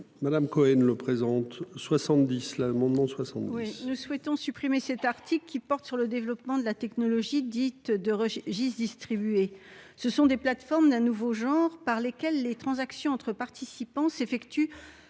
sous-Madame Cohen le présente 70 l'amendement 60. Nous souhaitons supprimer cet article qui porte sur le développement de la technologie dite de. Distribué ce sont des plateformes d'un nouveau genre par lesquels les transactions entre participants s'effectue